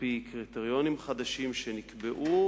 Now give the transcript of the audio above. על-פי קריטריונים חדשים שנקבעו,